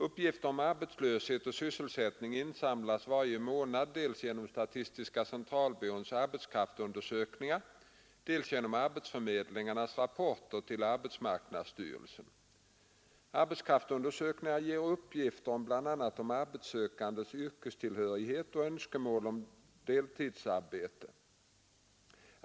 Uppgifter om arbetslöshet och sysselsättning insamlas varje månad dels genom statistiska centralbyråns arbetskraftsundersökningar, dels genom arbetsförmedlingarnas rapporter till arbetsmarknadsstyrelsen. Arbetskraftsundersökningarna ger uppgifter om bl.a. de arbetssökandes yrkestillhörighet och önskemål om deltidsarbete.